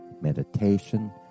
meditation